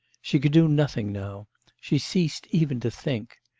she could do nothing now she ceased even to think.